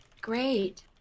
great